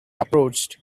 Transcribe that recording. approached